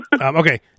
Okay